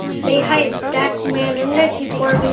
say hi to static man and reggie for me